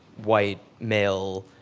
white male,